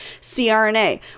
CRNA